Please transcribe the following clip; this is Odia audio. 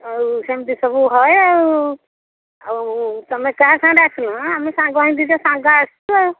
ଆଉ ସେମିତି ସବୁ ହଉ ଆଉ ଆଉ ତମେ କାହା ସାଙ୍ଗରେ ଆସିଲ ମ ଆମେ ସାଙ୍ଗ ହେଇ ଦୁଇ'ଟା ସାଙ୍ଗ ଆସିଛୁ ଆଉ